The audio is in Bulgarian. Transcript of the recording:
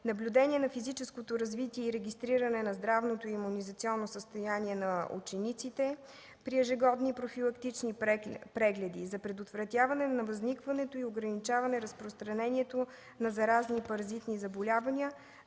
наблюдение на физическото развитие и регистриране на здравното имунизационно състояние на учениците при ежегодни профилактични прегледи за предотвратяване на възникването и ограничаване разпространението на заразни и паразитни заболявания;